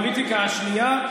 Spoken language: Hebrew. הפוליטיקה השנייה,